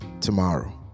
tomorrow